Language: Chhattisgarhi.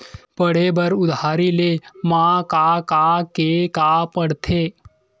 पढ़े बर उधारी ले मा का का के का पढ़ते?